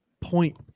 point